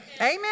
Amen